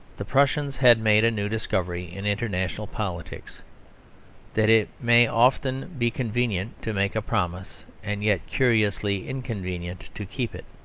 the prussians had made a new discovery in international politics that it may often be convenient to make a promise and yet curiously inconvenient to keep it.